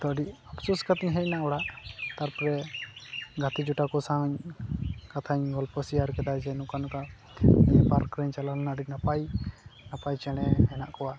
ᱛᱳ ᱟᱹᱰᱤ ᱟᱯᱥᱳᱥ ᱠᱟᱛᱮᱧ ᱦᱮᱡ ᱮᱱᱟ ᱚᱲᱟᱜ ᱛᱟᱨᱯᱚᱨᱮ ᱜᱟᱛᱮ ᱡᱚᱴᱟ ᱠᱚ ᱥᱟᱶᱤᱧ ᱠᱟᱛᱷᱟᱧ ᱜᱚᱞᱯᱚ ᱥᱮᱭᱟᱨ ᱠᱮᱫᱟ ᱡᱮ ᱱᱚᱝᱠᱟ ᱱᱚᱝᱠᱟ ᱯᱟᱨᱠ ᱨᱤᱧ ᱪᱟᱞᱟᱣ ᱞᱮᱱᱟ ᱟᱹᱰᱤ ᱱᱟᱯᱟᱭ ᱱᱟᱯᱟᱭ ᱪᱮᱬᱮ ᱦᱮᱱᱟᱜ ᱠᱚᱣᱟ